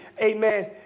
amen